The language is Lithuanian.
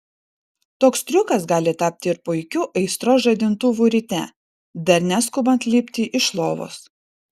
toks triukas gali tapti ir puikiu aistros žadintuvu ryte dar neskubant lipti iš lovos